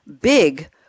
big